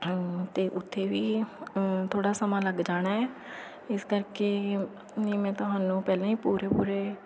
ਅਤੇ ਉੱਥੇ ਵੀ ਥੋੜ੍ਹਾ ਸਮਾਂ ਲੱਗ ਜਾਣਾ ਏ ਇਸ ਕਰਕੇ ਨਹੀਂ ਮੈਂ ਤੁਹਾਨੂੰ ਪਹਿਲਾਂ ਹੀ ਪੂਰੇ ਪੂਰੇ